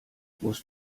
musst